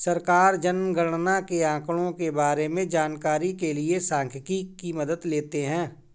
सरकार जनगणना के आंकड़ों के बारें में जानकारी के लिए सांख्यिकी की मदद लेते है